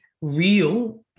real